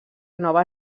nova